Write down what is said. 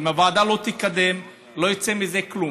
אם הוועדה לא תקדם לא יצא מזה כלום,